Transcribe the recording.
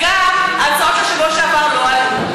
אז גם ההצעות של השבוע שעבר לא עלו,